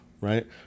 right